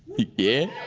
yeah!